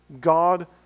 God